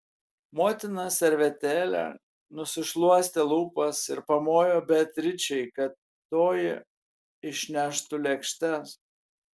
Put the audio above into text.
motina servetėle nusišluostė lūpas ir pamojo beatričei kad toji išneštų lėkštes